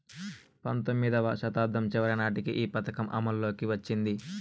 పంతొమ్మిదివ శతాబ్దం చివరి నాటికి ఈ పథకం అమల్లోకి వచ్చింది